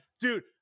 Dude